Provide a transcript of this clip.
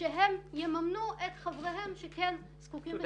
שהם יממנו את חבריהם שכן זקוקים לשירותים.